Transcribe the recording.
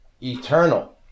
eternal